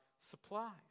supplies